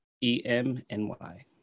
e-m-n-y